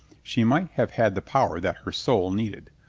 she might have had the power that her soul needed.